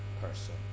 person